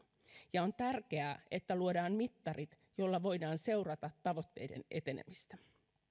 ja on tärkeää että luodaan mittarit joilla voidaan seurata tavoitteiden etenemistä